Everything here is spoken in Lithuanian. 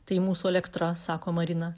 tai mūsų elektra sako marina